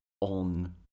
on